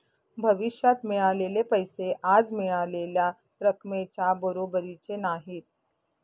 भविष्यात मिळालेले पैसे आज मिळालेल्या रकमेच्या बरोबरीचे नाहीत